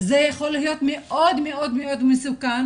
זה יכול להיות מאוד מאוד מאוד מסוכן,